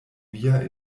via